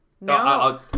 no